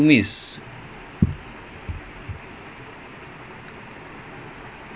and it's it's not even like the moeny is injured just wanted to arrest him